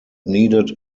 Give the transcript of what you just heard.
needed